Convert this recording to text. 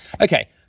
Okay